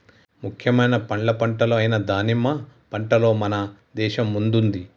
ముఖ్యమైన పండ్ల పంటలు అయిన దానిమ్మ పంటలో మన దేశం ముందుంది